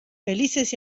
felices